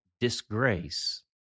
disgrace